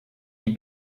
die